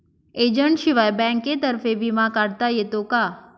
एजंटशिवाय बँकेतर्फे विमा काढता येतो का?